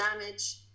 damage